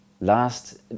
Last